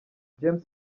james